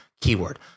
keyword